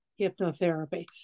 hypnotherapy